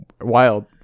wild